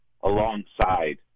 alongside